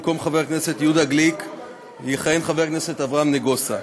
במקום חבר הכנסת יהודה גליק יכהן חבר הכנסת אברהם נגוסה,